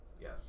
Yes